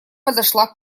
подошла